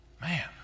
Man